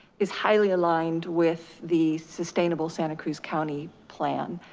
is highly aligned with the sustainable santa cruz county plan.